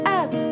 up